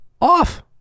off